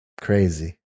crazy